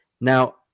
Now